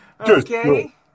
Okay